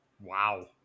Wow